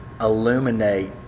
illuminate